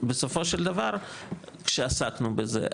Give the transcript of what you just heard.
בסופו של דבר כשעסקנו בזה,